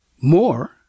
More